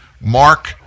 Mark